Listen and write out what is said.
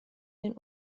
den